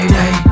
day